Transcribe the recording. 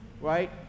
Right